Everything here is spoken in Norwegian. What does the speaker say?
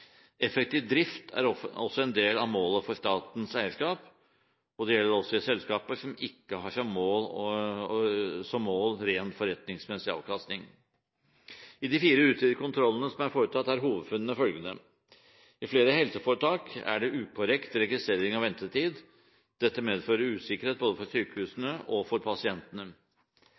Effektiv drift er også en del av målet for statens eierskap, og det gjelder også i selskaper som ikke har som mål rent forretningsmessig avkastning. I de fire utvidede kontrollene som er foretatt, er hovedfunnene følgende: I flere helseforetak er det ukorrekt registrering av ventetid. Dette medfører usikkerhet for både sykehusene og pasientene.